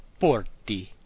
porti